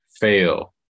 fail